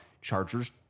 Chargers